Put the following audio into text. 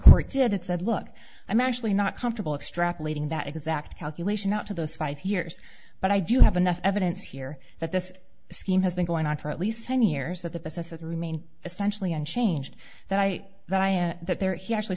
court did and said look i'm actually not comfortable extrapolating that exact calculation out to those five years but i do have enough evidence here that this scheme has been going on for at least ten years that the process would remain essentially unchanged that i that that there he actually